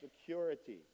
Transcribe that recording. security